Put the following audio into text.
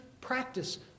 practice